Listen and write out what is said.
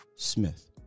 Smith